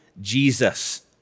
Jesus